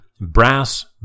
Brass